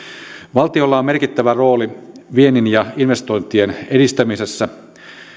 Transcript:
valtiolla on merkittävä rooli viennin ja investointien edistämisessä